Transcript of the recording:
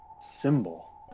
symbol